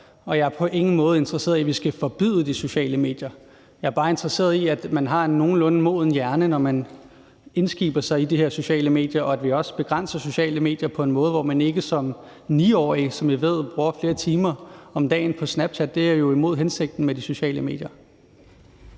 og jeg er på ingen måde interesseret i, at vi skal forbyde de sociale medier. Jeg er bare interesseret i, at man har en nogenlunde moden hjerne, når man indskiber sig i de her sociale medier, og at vi også begrænser sociale medier på en måde, hvor man ikke som 9-årig, som jeg ved kan være tilfældet, bruger flere timer om dagen på Snapchat. Det er jo mod hensigten med de sociale medier.